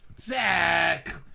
Zach